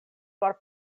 por